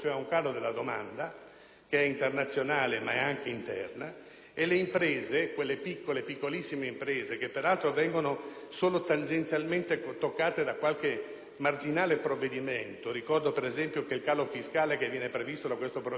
che è internazionale ma è anche interna, e le imprese, quelle piccole e piccolissime imprese che peraltro vengono solo tangenzialmente toccate da qualche marginale provvedimento (ricordo, per esempio, che il calo fiscale che viene previsto dal provvedimento in